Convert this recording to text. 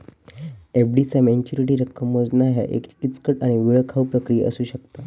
FD चा maturity रक्कम मोजणा ह्या एक किचकट आणि वेळखाऊ प्रक्रिया असू शकता